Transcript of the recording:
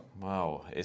Wow